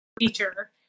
feature